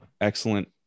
Excellent